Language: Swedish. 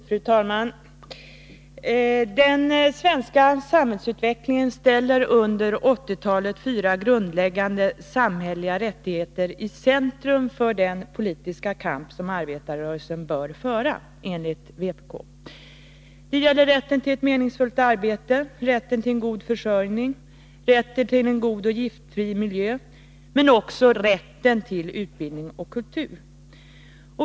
Fru talman! Den svenska samhällsutvecklingen ställer under 1980-talet fyra grundläggande samhälleliga rättigheter i centrum för den politiska kamp arbetarrörelsen bör föra enligt vpk. Det gäller rätten till ett meningsfullt arbete, rätten till en god försörjning, rätten till en god och giftfri miljö liksom också rätten till utbildning och kultur.